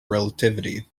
relativity